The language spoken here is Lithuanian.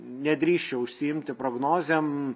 nedrįsčiau užsiimti prognozėm